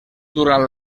durant